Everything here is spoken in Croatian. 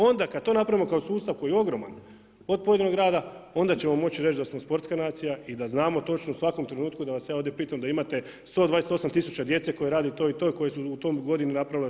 Onda kad to napravimo kao sustav koji je ogroman od pojedinog rada, onda ćemo moći reći da smo sportska nacija i da znamo točno u svakom trenutku da vas ja ovdje pitam da imate 128 tisuća djece koja radi to i to, i koji su u toj godini napravili to.